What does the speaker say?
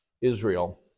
Israel